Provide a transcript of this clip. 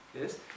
yes